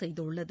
செய்துள்ளது